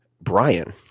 Brian